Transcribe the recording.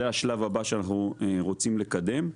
זה השלב הבא שאנחנו רוצים לקדם.